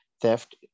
theft